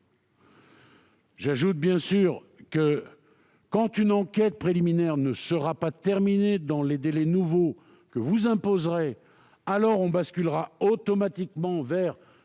autant, quand une enquête préliminaire ne sera pas terminée dans les délais nouveaux que vous fixerez, alors on basculera automatiquement vers